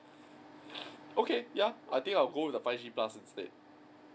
okay ya I think I'll go with the five G plus instead